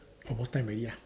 almost time already ah